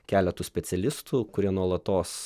keletu specialistų kurie nuolatos